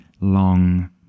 long